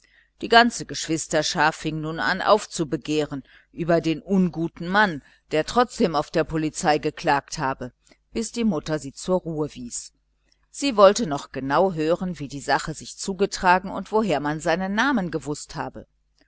die ganze geschwisterschar fing nun an aufzubegehren über den unguten mann der trotzdem auf der polizei geklagt habe bis die mutter sie zur ruhe wies sie wollte noch genau hören wie die sache sich zugetragen und woher man seinen namen gewußt habe